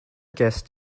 guest